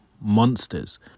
monsters